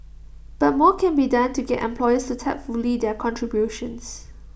but more can be done to get employers to tap fully their contributions